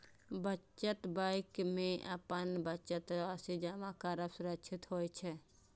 बचत बैंक मे अपन बचत राशि जमा करब सुरक्षित होइ छै